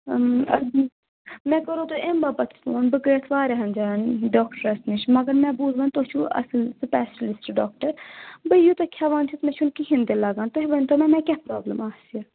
مےٚ کوٚروٕ تۄہہِ اَمہِ باپَتھ فون بہٕ کہَن جایَن ڈاکٹرَس نِش مگر مےٚ بوٗز وَنۍ تُہۍ چھُو اَصٕل سُپیشلِسٹ ڈاکٹر بہٕ یوٗتاہ کھٮ۪وان چھَس مےٚ چھُنہٕ کِہیٖنۍ تہِ لگان تُہۍ ؤنۍ تَو مےٚ مےٚ کیٛاہ پرٛابلِم آسہِ